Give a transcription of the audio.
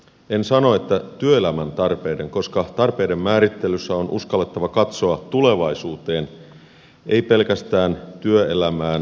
en sano että työelämän tarpeiden koska tarpeiden määrittelyssä on uskallettava katsoa tulevaisuuteen ei pelkästään työelämään tässä ja nyt